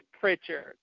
Pritchard